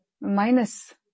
minus